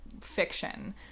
fiction